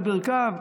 על ברכיו,